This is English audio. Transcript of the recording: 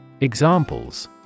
Examples